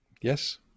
yes